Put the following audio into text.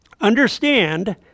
Understand